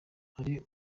hari